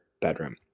bedroom